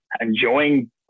enjoying